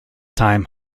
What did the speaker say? time